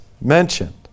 mentioned